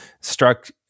struck